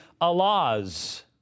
Allahs